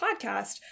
podcast